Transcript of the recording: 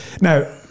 Now